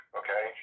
okay